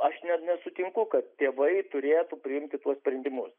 aš ne nesutinku kad tėvai turėtų priimti tuos sprendimus